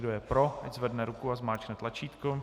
Kdo je pro, ať zvedne ruku a zmáčkne tlačítko.